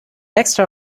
extra